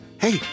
hey